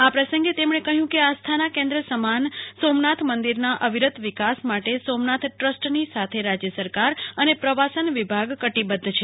આ પ્રસંગે તેમણે કહ્યુ કે આસ્થાના કેન્દ્ર સમાન સોમનાથ મંદિરના અવિરત વિકાસ માટે સોમનાથ ટ્રસ્ટની સાથે રાજય સરકાર અને પ્રવાસન વિભાગ કટિબધ્ધ છે